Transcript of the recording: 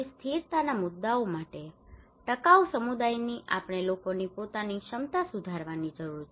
સ્થિરતાના મુદ્દાઓ માટે ટકાઉ સમુદાયની આપણે લોકોની પોતાની ક્ષમતા સુધારવાની જરૂર છે